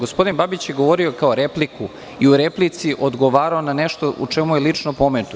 Gospodin Babić je govorio kao repliku, i u replici odgovarao na nešto o čemu je lično pomenut.